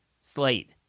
Slate